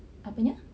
apanya